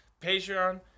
Patreon